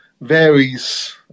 varies